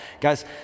Guys